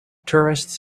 tourists